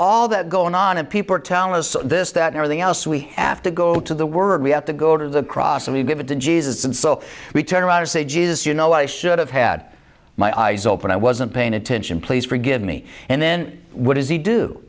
all that going on and people are telling us this that everything else we have to go to the word we have to go to the cross and we give it to jesus and so we turn around and say jesus you know i should have had my eyes open i wasn't paying attention please forgive me and then what does he do